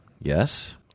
Yes